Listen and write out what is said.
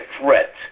threat